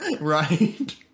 right